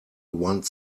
one